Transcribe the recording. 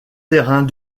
terrains